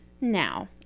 Now